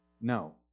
No